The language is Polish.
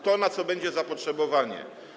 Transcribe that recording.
To, na co będzie zapotrzebowanie.